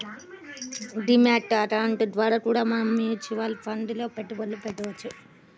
D mat account ద్వారా కూడా మనం మ్యూచువల్ ఫండ్స్ లో పెట్టుబడులు పెట్టవచ్చు